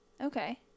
okay